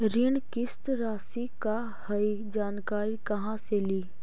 ऋण किस्त रासि का हई जानकारी कहाँ से ली?